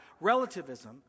relativism